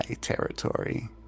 territory